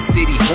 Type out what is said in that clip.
City